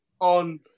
on